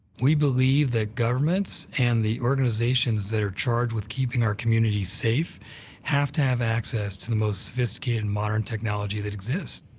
we believe that governments and the organizations that are charged with keeping our communities safe have to have access to the most sophisticated, modern technology that exists.